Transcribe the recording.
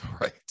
right